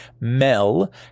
Mel